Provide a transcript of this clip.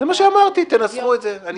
זה מה שאמרתי, תנסחו את זה.